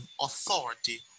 authority